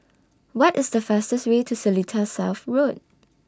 What IS The fastest Way to Seletar South Road